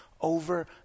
over